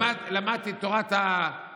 אני למדתי את תורת הקומוניזם,